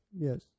yes